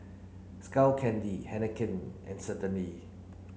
Skull Candy Heinekein and Certainly